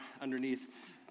underneath